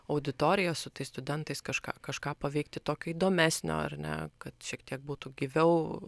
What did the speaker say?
auditorija su tais studentais kažką kažką paveikti tokio įdomesnio ar ne kad šiek tiek būtų gyviau